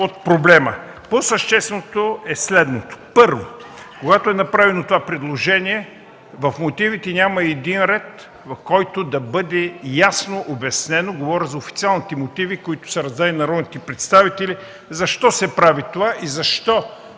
от проблема. По-същественото е следното: първо, когато е направено това предложение, в мотивите няма един ред, в който да бъде ясно обяснено – говоря за официалните мотиви, които са раздадени на народните представители, защо се прави това и защо